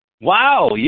Wow